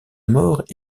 mort